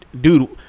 dude